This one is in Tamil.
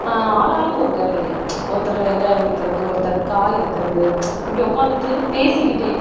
ஆளாளுக்கு ஒரு வேலையை ஒருத்தர் வெங்காயம் உரிக்கிறது ஒருத்தர் காய் அறுக்குறது இப்படி உட்காந்துட்டு பேசிக்கிட்டே